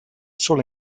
solo